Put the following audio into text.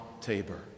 Tabor